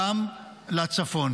גם לצפון.